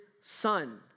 son